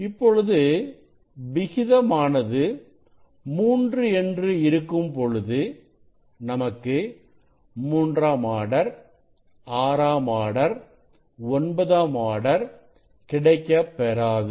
இப்பொழுது விகிதமானது மூன்று என்று இருக்கும் பொழுது நமக்கு மூன்றாம் ஆர்டர் ஆறாம் ஆர்டர் ஒன்பதாம் ஆர்டர் கிடைக்கப் பெறாது